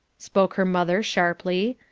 spoke her mother sharply,